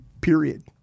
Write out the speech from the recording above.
period